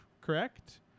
correct